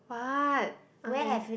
what okay